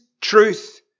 truth